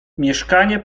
mieszkanie